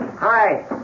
Hi